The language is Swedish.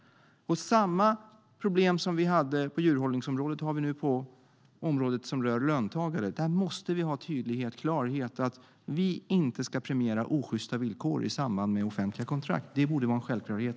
Samma problem som på djurhållningsområdet har vi nu på området som rör löntagare. Där måste det finnas tydlighet och klarhet, så att man inte premierar osjysta villkor i samband med offentliga kontrakt. Det borde vara en självklarhet.